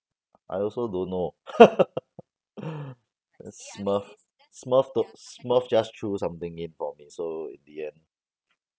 I also don't know smurf smurf took smurf just threw something in for me so in the end